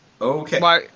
Okay